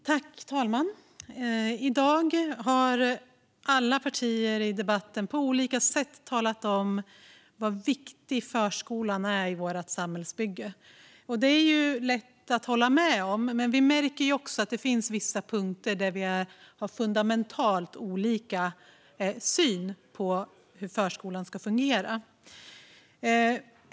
Fru talman! I dag har alla partier i debatten på olika sätt talat om hur viktig förskolan är i vårt samhällsbygge. Det är lätt att hålla med om, men vi märker också att det finns vissa punkter där vi har fundamentalt olika syn på hur förskolan ska fungera.